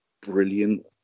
brilliant